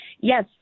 Yes